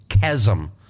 chasm